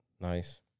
Nice